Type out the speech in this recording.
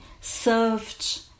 served